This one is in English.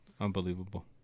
unbelievable